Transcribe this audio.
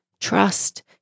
trust